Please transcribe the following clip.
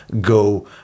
go